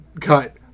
cut